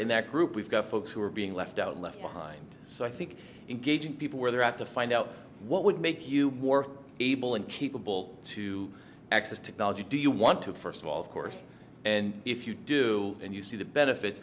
in that group we've got folks who are being left out left behind so i think engaging people where they're at to find out what would make you more able and capable to access technology do you want to first of all of course and if you do and you see the benefits